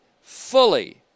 fully